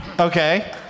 Okay